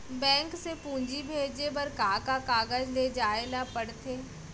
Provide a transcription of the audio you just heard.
Bank से पूंजी भेजे बर का का कागज ले जाये ल पड़थे?